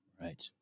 Right